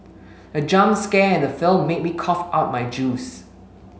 the jump scare in the film made me cough out my juice